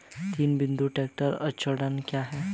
तीन बिंदु ट्रैक्टर अड़चन क्या है?